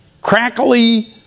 crackly